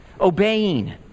obeying